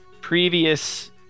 previous